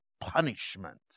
punishment